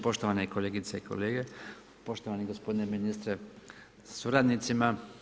Poštovane kolegice i kolege, poštovani gospodine ministre sa suradnicima.